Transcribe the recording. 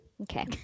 Okay